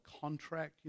contract